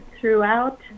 throughout